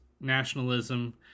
Nationalism